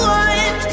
one